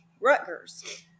Rutgers